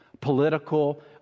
political